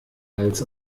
als